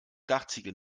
dachziegel